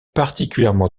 particulièrement